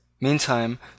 Meantime